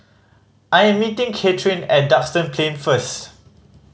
I am meeting Katheryn at Duxton Plain first